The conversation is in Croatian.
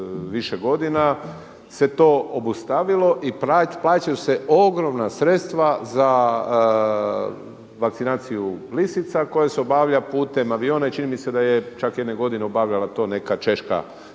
više godina, se to obustavilo i plaćaju se ogromna sredstva za vakcinaciju lisica koje se obavlja putem aviona i čini mi se da je čak jedne godine obavljala to neka češka